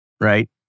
right